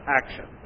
action